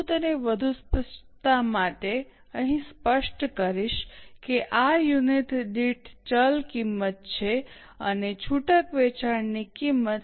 હું તેને વધુ સ્પષ્ટતા માટે અહીં સ્પષ્ટ કરીશ કે આ યુનિટ દીઠ ચલ કિંમત છે અને છૂટક વેચાણ કિંમત સી 44 માં 1